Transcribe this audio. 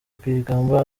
rwigamba